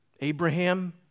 Abraham